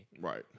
Right